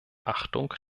achtung